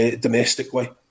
domestically